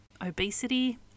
obesity